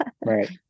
right